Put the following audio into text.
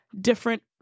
different